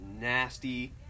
nasty